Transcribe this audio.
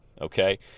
Okay